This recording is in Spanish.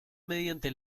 mediante